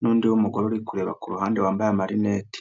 n'undi mugore uri kureba ku ruhande wambaye amarinete.